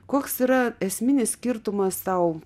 koks yra esminis skirtumas tau